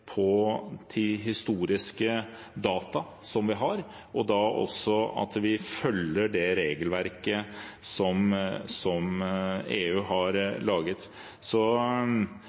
på de historiske data som vi har, og også at vi følger det regelverket som EU har laget.